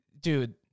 Dude